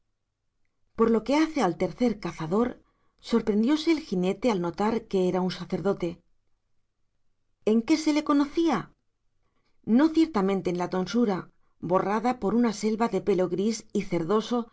por lo que hace al tercer cazador sorprendióse el jinete al notar que era un sacerdote en qué se le conocía no ciertamente en la tonsura borrada por una selva de pelo gris y cerdoso